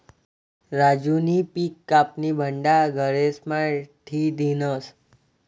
राजूनी पिक कापीन भंडार घरेस्मा ठी दिन्हं